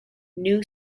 new